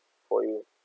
for you